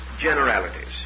generalities